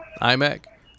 I'mac